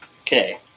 Okay